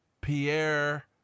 pierre